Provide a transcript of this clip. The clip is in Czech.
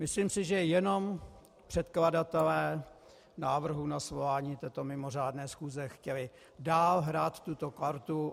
Myslím si, že jenom předkladatelé návrhu na svolání této mimořádné schůze chtěli dál hrát tuto kartu.